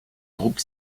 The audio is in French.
groupe